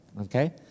Okay